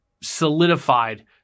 solidified